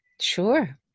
Sure